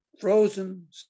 Frozen